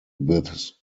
this